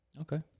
Okay